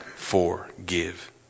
Forgive